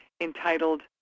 entitled